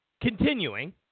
Continuing